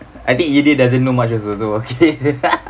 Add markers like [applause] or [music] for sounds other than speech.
I think edith doesn't know much also so okay [laughs]